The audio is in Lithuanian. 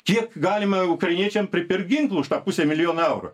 kiek galima ukrainiečiam pripirkt ginklų už tą pusę milijono eurų